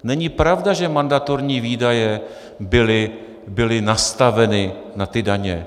Není pravda, že mandatorní výdaje byly nastaveny na ty daně.